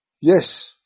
Yes